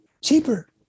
cheaper